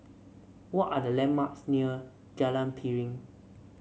what are the landmarks near Jalan Piring